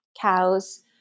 cows